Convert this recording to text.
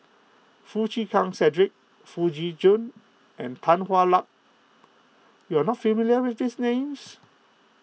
Foo Chee Keng Cedric Foo Tee Jun and Tan Hwa Luck you are not familiar with these names